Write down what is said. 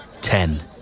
Ten